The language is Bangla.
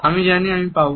আমি জানি আমি পাব